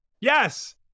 Yes